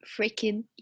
freaking